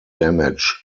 damage